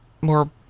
more